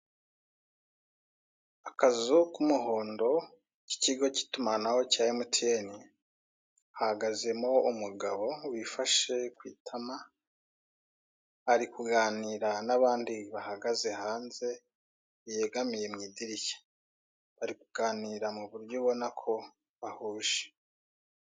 Akazu k'umuhondo k'ikigo k'itumanaho cya Mtn. Hahagazemo umugabo wifashe ku itama ari kuganira n'abandi bahagaze hanze, yegamye mu idirishya. Bari kuganira mu buryo ubona ko bahuje.